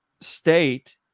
state